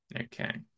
Okay